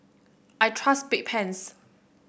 I trust Bedpans